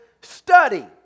Study